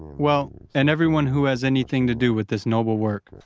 well, and everyone who has anything to do with this noble work,